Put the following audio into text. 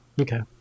Okay